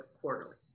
quarterly